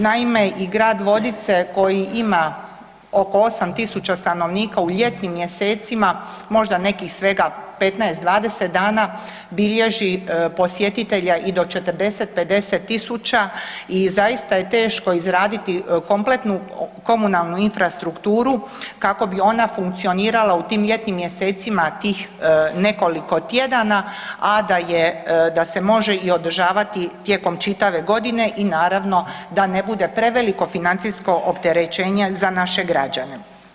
Naime, i Grad Vodice koji ima oko 8.000 stanovnika u ljetnim mjesecima možda nekih svega 15, 20 dana bilježi posjetitelja i do 40, 50.000 i zaista je teško izraditi kompletnu komunalnu infrastrukturu kako bi ona funkcionirala u tim ljetnim mjesecima tih nekoliko tjedana, a da se može i održavati tijekom čitave godine i naravno da ne bude preveliko financijsko opterećenje za naše građane.